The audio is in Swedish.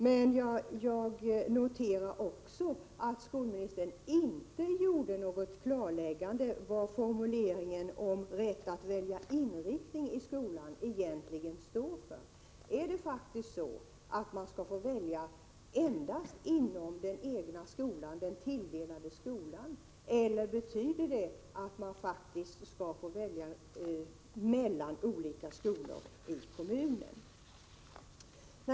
Jag noterar också att skolministern inte gjorde något klarläggande beträffande vad formuleringen om rätt att välja inriktning i skolan egentligen står för. Skall man få välja endast inom den anvisade skolan, eller skall man faktiskt få välja mellan olika skolor i kommunen?